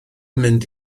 mynd